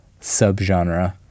subgenre